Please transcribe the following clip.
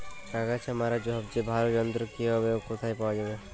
আগাছা মারার সবচেয়ে ভালো যন্ত্র কি হবে ও কোথায় পাওয়া যাবে?